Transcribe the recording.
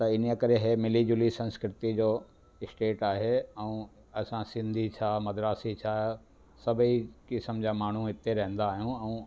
त इने करे इहे मिली जुली करे संस्कृती जो स्टेट आहे ऐं असां सिंधी छा मद्रासी छा सभेई क़िस्म जा माण्हू हिते रहंदा आहियूं ऐं